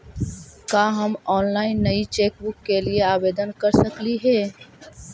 का हम ऑनलाइन नई चेकबुक के लिए आवेदन कर सकली हे